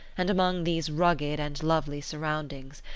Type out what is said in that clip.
and among these rugged and lovely surroundings,